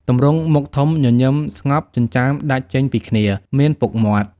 ទម្រង់មុខធំ ញញឹមស្ងប់ ចិញ្ចើមដាច់ចេញពីគ្នា មានពុកមាត់។